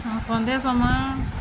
ହଁ ସନ୍ଧ୍ୟା ସମୟ